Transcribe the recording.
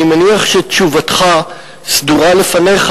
אני מניח שתשובתך סדורה לפניך,